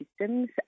systems